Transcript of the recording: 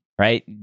right